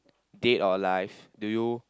dead or alive do you